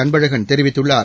அன்பழகன் தெரிவித்துள்ளார்